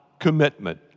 commitment